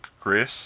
Chris